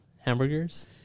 hamburgers